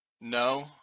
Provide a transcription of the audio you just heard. No